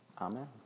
Amen